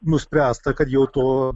nuspręsta kad jau to